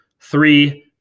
three